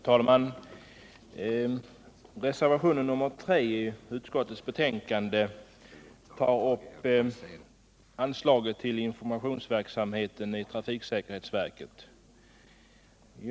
Herr talman! Reservation nr 3 till utskottets betänkande tar upp anslaget till trafiksäkerhetsverkets informationsverksamhet.